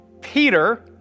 Peter